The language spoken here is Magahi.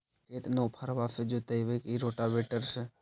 खेत नौफरबा से जोतइबै की रोटावेटर से?